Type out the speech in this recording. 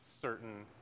Certain